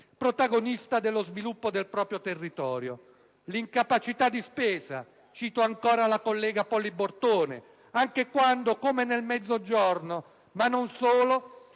protagonista dello sviluppo del proprio territorio. (...) l'incapacità di spesa» - dice ancora la collega Poli Bortone - «anche quando, come nel Mezzogiorno, ma non solo,